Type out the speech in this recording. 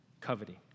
coveting